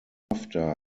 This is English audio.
after